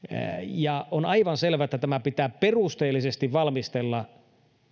on aivan selvää että tämä pitää perusteellisesti valmistella